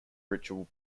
ritual